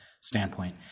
standpoint